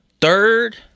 Third